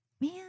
man